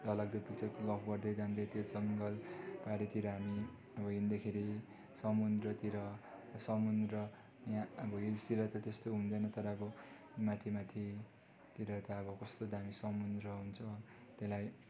डर लाग्दै पिक्चरको गफ गर्दै जाँदै त्यो जङ्गलघारीतिर हामी अब हिँड्दाखेरि समुन्द्रतिर समुन्द्र यहाँ अब हिल्सतिर त त्यस्तो हुँदैन तर अब माथि माथितिर त अब कस्तो दामी समुन्द्र हुन्छ त्यसलाई